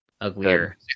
Uglier